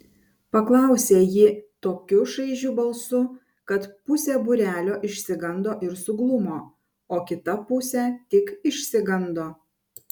paklausė ji tokiu šaižiu balsu kad pusė būrelio išsigando ir suglumo o kita pusė tik išsigando